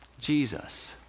Jesus